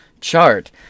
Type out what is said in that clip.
chart